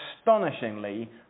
astonishingly